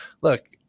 Look